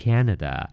Canada